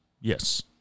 Yes